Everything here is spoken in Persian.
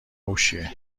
هوشیه